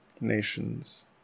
Nations